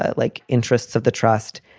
ah like interests of the trust.